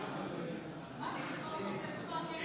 ברוכים הבאים.